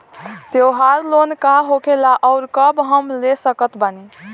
त्योहार लोन का होखेला आउर कब हम ले सकत बानी?